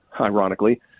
ironically